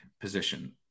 position